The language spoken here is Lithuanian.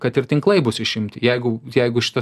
kad ir tinklai bus išimti jeigu jeigu šita